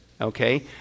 okay